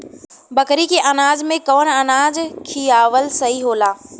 बकरी के अनाज में कवन अनाज खियावल सही होला?